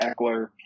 Eckler